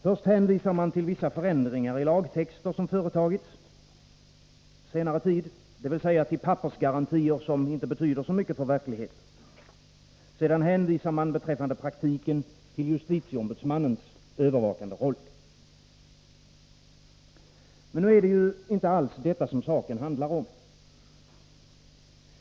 Först hänvisar man till vissa förändringar i lagtexter, som företagits på senare tid — dvs. till pappersgarantier som inte betyder så mycket för verkligheten. Sedan hänvisar man beträffande praktiken till JO:s övervakande roll. Men nu är det inte alls detta saken handlar om.